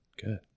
good